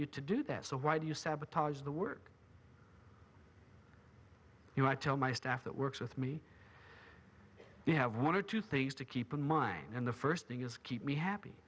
you to do that so why do you sabotage the work you know i tell my staff that works with me you have one or two things to keep in mind in the first thing is keep me happy